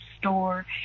store